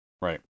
right